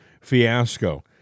fiasco